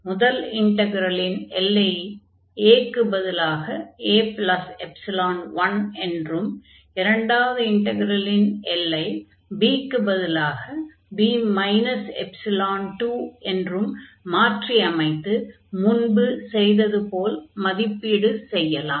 முதல் இன்டக்ரலின் எல்லை a க்குப் பதிலாக a1 என்றும் இரண்டாவது இன்டக்ரலின் எல்லை b க்குப் பதிலாக b 2 என்றும் மாற்றி அமைத்து முன்பு செய்தது போல் மதிப்பீடு செய்யலாம்